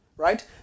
Right